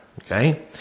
Okay